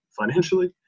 financially